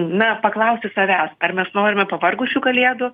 na paklausti savęs ar mes norime pavargusių kalėdų